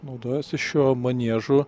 naudojasi šiuo maniežu